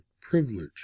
privilege